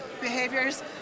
behaviors